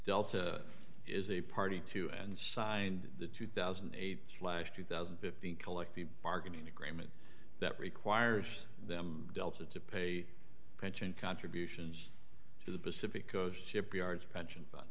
delta is a party to and signed the two thousand and eight slash two thousand and fifteen collective bargaining agreement that requires them delta to pay pension contributions to the pacific coast shipyards pension fund